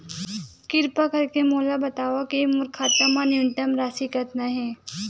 किरपा करके मोला बतावव कि मोर खाता मा न्यूनतम राशि कतना हे